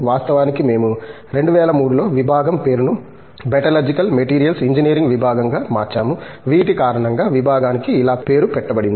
వాస్తవానికి మేము 2003 లో విభాగం పేరును మెటలర్జికల్ మెటీరియల్స్ ఇంజనీరింగ్ విభాగంగా మార్చాము వీటి కారణంగా విభాగానికి ఇలా పేరు పెట్టబడింది